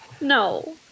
No